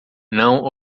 não